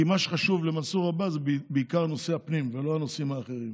כי מה שחשוב למנסור עבאס זה בעיקר נושא הפנים ולא הנושאים האחרים.